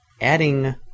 adding